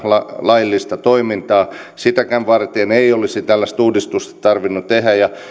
laillista toimintaa sitäkään varten ei olisi tällaista uudistusta tarvinnut tehdä